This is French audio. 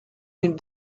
mille